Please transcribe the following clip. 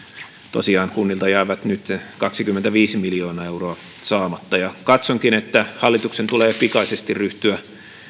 tosiaan kunnilta jää nyt kaksikymmentäviisi miljoonaa euroa saamatta ja katsonkin että hallituksen tulee pikaisesti ryhtyä